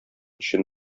өчен